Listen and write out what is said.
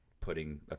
putting